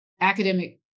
academic